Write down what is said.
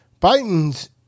Biden's